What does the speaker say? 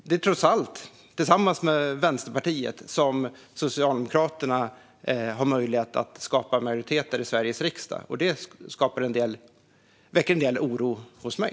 Det är trots allt tillsammans med Vänsterpartiet som Socialdemokraterna har möjlighet att skapa majoritet här i Sveriges riksdag. Det väcker en del oro hos mig.